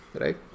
right